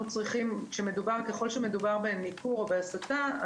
ככל שמדובר בניכור או הסתה,